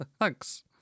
Thanks